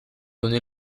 donné